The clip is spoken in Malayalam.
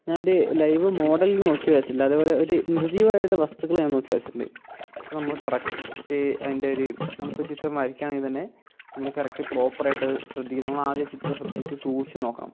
ഞാൻ ഒരു ലൈവ് മോഡൽ നോക്കി വരച്ചിട്ടില്ല അതേപോലെ ഒരു നിർജീവമായിട്ടുള്ള വസ്തുക്കൾ ഞാൻ നോക്കി വരച്ചിട്ടുണ്ട് പക്ഷെ നമ്മൾ കറക്റ്റ് അതിൻ്റെ ഒരു നമ്മളിപ്പം ചിത്രം വരയ്ക്കുകയാണെങ്കിൽത്തന്നെ നമ്മൾ കറക്റ്റ് പ്രോപ്പർ ആയിട്ട് അത് ശ്രദ്ധിക്കണം നമ്മൾ ആദ്യം ചിത്രം ശ്രദ്ധിച്ച് സൂക്ഷിച്ച് നോക്കണം